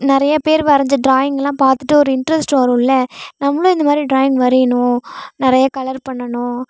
நிறையா பேர் வரைஞ்ச ட்ராயிங்லாம் பார்த்துட்டு ஒரு இன்ட்ரஸ்ட் வரும்ல நம்மளும் இந்தமாதிரி ட்ராயிங் வரையணும் நிறைய கலர் பண்ணணும்